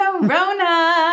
corona